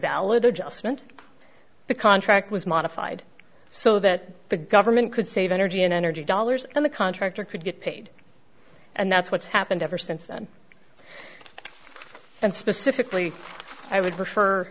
valid adjustment the contract was modified so that the government could save energy and energy dollars and the contractor could get paid and that's what's happened ever since then and specifically i would refer